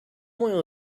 oil